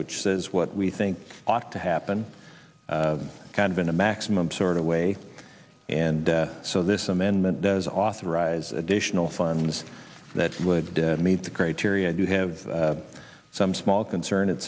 which says what we think ought to happen kind of in a maximum sort of way and so this amendment does authorize additional funds that would meet the criteria i do have some small concern it